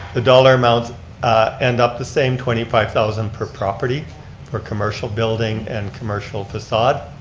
the dollar amounts end up the same, twenty five thousand per property for commercial building and commercial facade,